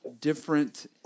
different